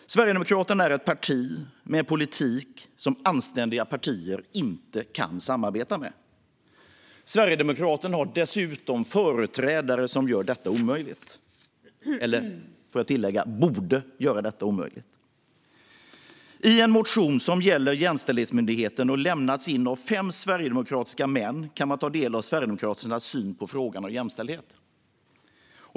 Sverigedemokraterna är ett parti med en politik som anständiga partier inte kan samarbeta med. Sverigedemokraterna har dessutom företrädare som gör det omöjligt, eller borde göra det omöjligt. I en motion som gäller Jämställdhetsmyndigheten och som har lämnats in av fem sverigedemokratiska män kan man ta del av Sverigedemokraternas syn på frågan om jämställdhet.